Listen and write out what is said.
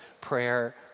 prayer